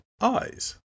eyes